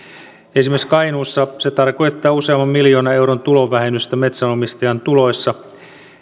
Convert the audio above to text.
esimerkiksi kainuussa se tarkoittaa useamman miljoonan euron tulonvähennystä metsänomistajan tuloissa